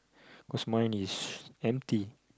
cause mine is empty